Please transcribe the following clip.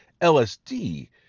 LSD